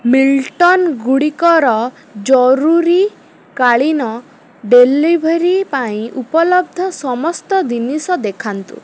ମିଲଟନ୍ଗୁଡ଼ିକର ଜରୁରୀକାଳୀନ ଡ଼େଲିଭରି ପାଇଁ ଉପଲବ୍ଧ ସମସ୍ତ ଜିନିଷ ଦେଖାନ୍ତୁ